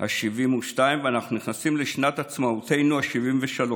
ה-72 ואנחנו נכנסים לשנת עצמאותנו ה-73.